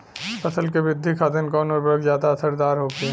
फसल के वृद्धि खातिन कवन उर्वरक ज्यादा असरदार होखि?